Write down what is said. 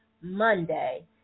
Monday